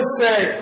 say